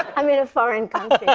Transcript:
i mean a foreign country.